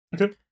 Okay